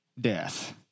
death